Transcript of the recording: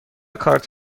کارت